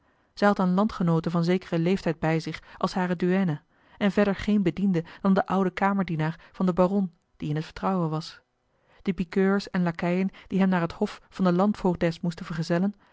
had eene landgenoote van zekeren leeftijd bij zich als hare duêna en verder geen bediende dan den ouden kamerdienaar van den baron die in t vertrouwen was de piqueurs en lakeien die hem naar het hof van de landvoogdes moesten vergezellen